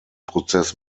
prozess